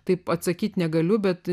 taip atsakyti negaliu bet